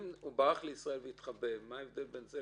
אם הוא ברח לישראל והתחבא מה